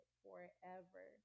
forever